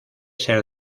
ser